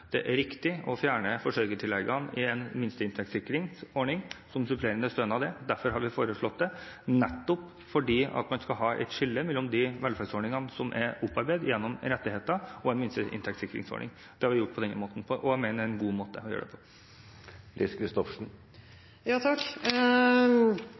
det er riktig å fjerne forsørgertilleggene i en minsteinntektssikringsordning, som supplerende stønad er. Derfor har vi foreslått dette, nettopp fordi man skal ha et skille mellom de velferdsordningene som er opparbeidet gjennom rettigheter, og en minsteinntektssikringsordning. Det har vi gjort på denne måten, og jeg mener det er en god måte å gjøre det på.